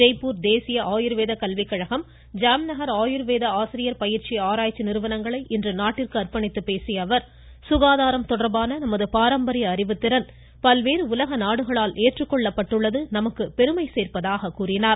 ஜெய்ப்பூர் தேசிய ஆயூர்வேத கல்விக்கழகம் ஜாம்நகர் ஆயூர்வேத ஆசிரியர் பயிற்சி ஆராய்ச்சி நிறுவனத்தை இன்று நாட்டிற்கு அர்ப்பணித்து பேசிய அவர் சுகாதாரம் தொடா்பான நமது பாரம்பரிய அறிவுத்திறன் பல்வேறு உலக நாடுகளால் ஏற்றுக்கொள்ளப்பட்டுள்ளது நமக்கு பெருமை சோப்பதாக உள்ளது என்று கூறினார்